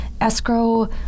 escrow